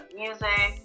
music